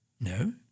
No